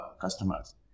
customers